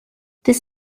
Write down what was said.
this